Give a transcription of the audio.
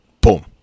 Boom